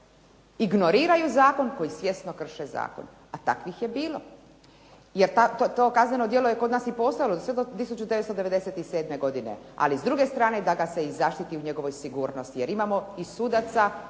ignoriraju zakon, koji svjesno krše zakon, a takvih je bilo. Jer to kazneno djelo je kod nas i postojalo sve do 1997. godine. Ali s druge strane da ga se i zaštiti u njegovoj sigurnosti jer imamo i sudaca,